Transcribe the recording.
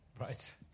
Right